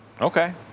okay